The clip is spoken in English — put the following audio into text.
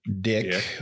Dick